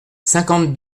cinquante